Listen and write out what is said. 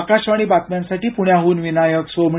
आकाशवाणी बातम्यांसाठी प्ण्याहून विनायक सोमणी